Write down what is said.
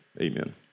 amen